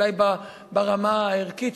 אולי ברמה הערכית,